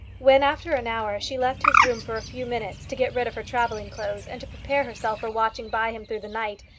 when, after an hour, she left his room for a few minutes to get rid of her travelling clothes, and to prepare herself for watching by him through the night,